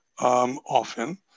often